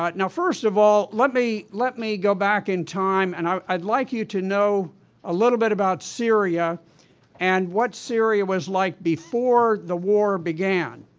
but first of all, let me let me go back in time, and i'd i'd like you to know a little bit about syria and what syria was like before the war began.